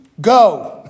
Go